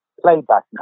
playback